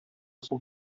соң